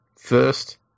first